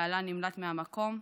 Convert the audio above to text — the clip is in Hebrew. בעלה נמלט מהמקום,